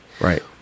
Right